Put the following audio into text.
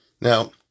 Now